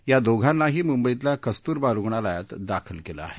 या दोघांनाही मुंबईतल्या कस्तुरबा रुग्णालयात दाखल केलं आहे